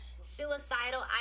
suicidal